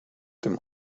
them